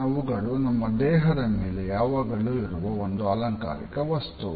ಅವುಗಳು ನಮ್ಮ ದೇಹದ ಮೇಲೆ ಯಾವಾಗಲು ಇರುವ ಒಂದು ಅಲಂಕಾರಿಕ ವಸ್ತು